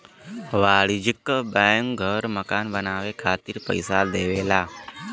वाणिज्यिक बैंक घर मकान बनाये खातिर पइसा देवला